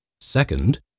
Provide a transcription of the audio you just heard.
Second